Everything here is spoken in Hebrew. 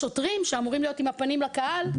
השוטרים שאמורים להיות עם הפנים לקהל,